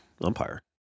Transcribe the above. umpire